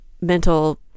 mental